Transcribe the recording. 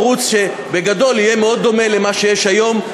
ערוץ שבגדול יהיה מאוד דומה למה שיש היום.